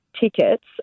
tickets